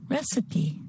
Recipe